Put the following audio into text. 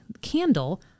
candle